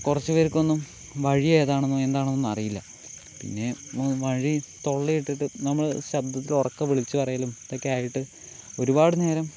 കുറച്ച് പേർക്കൊന്നും വഴി ഏതാണെന്നോ എന്താണെന്നോ ഒന്നും അറിയില്ല പിന്നെ വഴി തൊള്ളയിട്ടിട്ട് നമ്മൾ ശബ്ദത്തിൽ ഉറക്കെ വിളിച്ചു പറയലും ഇതൊക്കെയായിട്ട് ഒരുപാട് നേരം